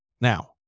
Now